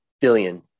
billion